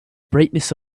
brightness